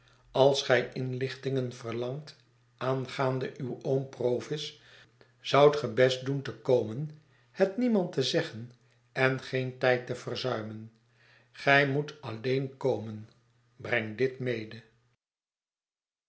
als gij inlichtingen verlangt aangaande uw oo m provis zoudt ge best doen te komen het niemand te zeggen en geen tijd te verzuimen gij moet alleen komen breng dit mede